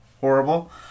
horrible